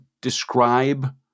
describe